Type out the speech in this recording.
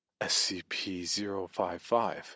SCP-055